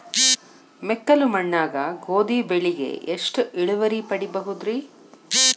ಮೆಕ್ಕಲು ಮಣ್ಣಾಗ ಗೋಧಿ ಬೆಳಿಗೆ ಎಷ್ಟ ಇಳುವರಿ ಪಡಿಬಹುದ್ರಿ?